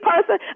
person